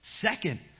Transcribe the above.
second